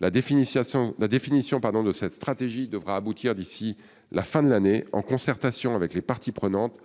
La définition de cette stratégie devra aboutir d'ici à la fin de l'année, en concertation avec les parties prenantes,